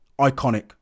Iconic